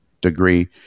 degree